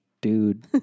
dude